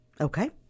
Okay